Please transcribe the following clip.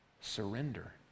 surrender